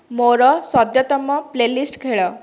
ମୋର ସଦ୍ୟତମ ପ୍ଲେ'ଲିଷ୍ଟ ଖେଳ